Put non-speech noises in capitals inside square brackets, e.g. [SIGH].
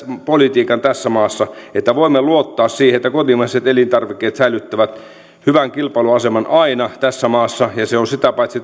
politiikan tässä maassa että voimme luottaa siihen että kotimaiset elintarvikkeet säilyttävät hyvän kilpailuaseman aina tässä maassa ja se on sitä paitsi [UNINTELLIGIBLE]